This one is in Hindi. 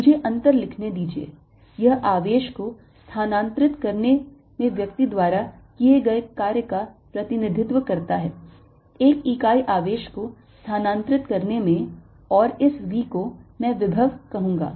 मुझे अंतर लिखने दीजिए यह आवेश को स्थानांतरित करने में व्यक्ति द्वारा किए गए कार्य का प्रतिनिधित्व करता है एक इकाई आवेश को स्थानांतरित करने में और इस v को मैं विभव कहूंगा